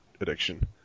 addiction